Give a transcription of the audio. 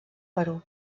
perú